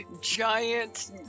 giant